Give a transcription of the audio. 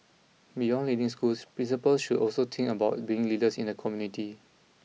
beyond leading schools principals should also think about being leaders in the community